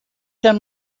them